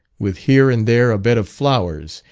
with here and there a bed of flowers,